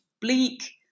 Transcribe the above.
bleak